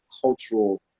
cultural